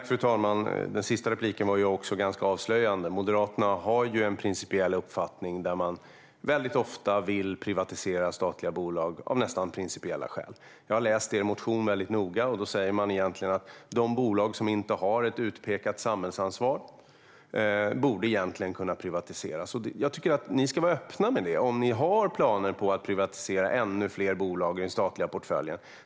Fru talman! Den sista repliken var ganska avslöjande. Moderaternas principiella uppfattning är att de flesta statliga bolag ska privatiseras. Jag har läst er motion noga, Boriana Åberg, och ni säger att de bolag som inte har ett utpekat samhällsansvar borde privatiseras. Jag tycker att ni ska vara öppna med om ni har planer på att privatisera ännu fler bolag i den statliga portföljen.